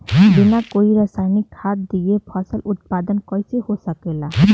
बिना कोई रसायनिक खाद दिए फसल उत्पादन कइसे हो सकेला?